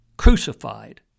crucified